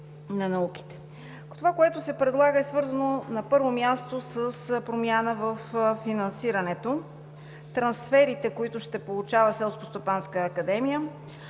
това, което се предлага, е свързано с промяна във финансирането, трансферите, които ще получава Селскостопанската академия,